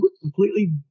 Completely